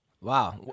Wow